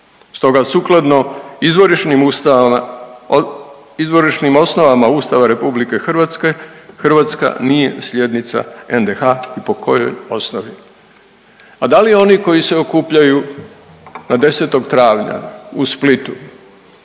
stoga sukladno izvorišnim osnovama Ustava RH Hrvatska nije slijednica NDH i po kojoj osnovi. A da li oni koji se okupljaju na 10. travnja u Splitu